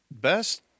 Best